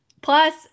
Plus